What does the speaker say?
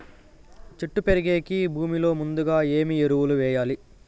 చెట్టు పెరిగేకి భూమిలో ముందుగా ఏమి ఎరువులు వేయాలి?